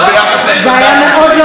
נעבור לרשימת הדוברים.